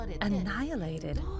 annihilated